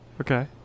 Okay